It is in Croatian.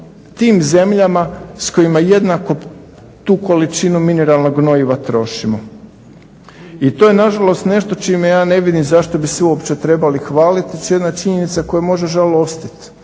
tim zemljama s kojima jednako tu količinu mineralnog gnojiva trošimo i to je nažalost nešto čime ja ne vidim zašto bi se uopće trebali hvaliti već jedna činjenica koja može žalostit,